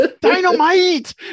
Dynamite